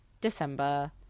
December